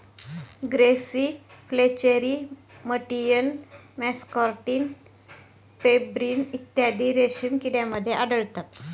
grasserie flacherie मॅटियन muscardine pebrine इत्यादी रेशीम किड्यांमध्ये आढळतात